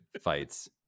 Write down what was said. fights